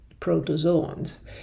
protozoans